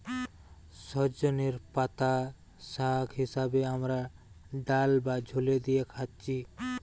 সজনের পাতা শাগ হিসাবে আমরা ডাল বা ঝোলে দিয়ে খাচ্ছি